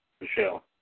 Michelle